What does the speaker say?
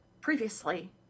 previously